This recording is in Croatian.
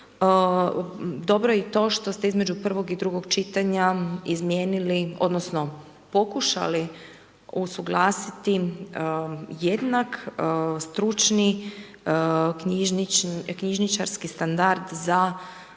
Dobro je i to što ste između prvog i drugog čitanja, izmijenili, odnosno, pokušali usuglasiti jednak stručni knjižničarski standard za privatne